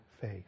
faith